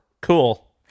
Cool